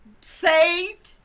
saved